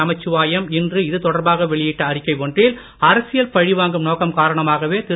நமச்சிவாயம் இன்று இது தொடர்பாக வெளியிட்ட அறிக்கை ஒன்றில் அரசியல் பழிவாங்கும் நோக்கம் காரணமாகவே திரு